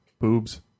boobs